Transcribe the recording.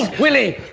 ah willy